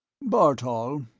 bartol,